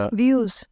views